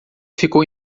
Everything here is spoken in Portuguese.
ficou